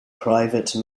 private